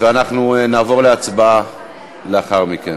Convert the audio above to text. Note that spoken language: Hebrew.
ולאחר מכן